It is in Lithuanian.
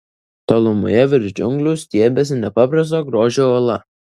tolumoje virš džiunglių stiebėsi nepaprasto grožio uola